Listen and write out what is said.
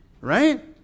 Right